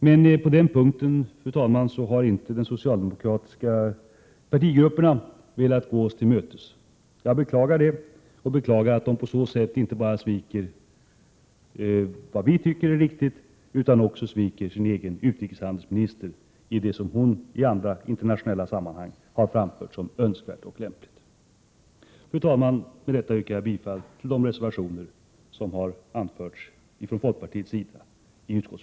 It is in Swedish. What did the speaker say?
Men på den punkten, fru talman, har inte den socialdemokratiska partigruppen velat gå oss till mötes. Jag beklagar detta liksom jag beklagar att socialdemokraterna därmed inte bara sviker oss och vad vi tycker är viktigt utan också sviker sin egen utrikeshandelsminister i det som hon i internationella sammanhang har framfört som önskvärt och lämpligt. Fru talman! Med detta yrkar jag bifall till de reservationer som har avgetts av folkpartiet.